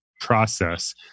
process